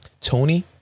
Tony